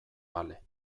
bale